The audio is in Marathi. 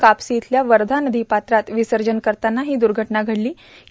कापसी इथल्या वधा नदी पात्रात र्वसजन करताना हो दुघटना घडलां